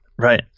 Right